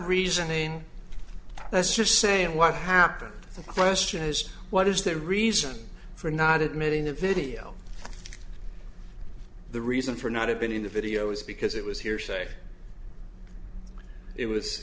reasoning that's just saying what happened question as to what is the reason for not admitting the video the reason for not have been in the video is because it was hearsay it was